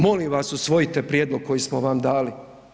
Molim vas, usvojite prijedlog koji smo vam dali.